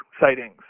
sightings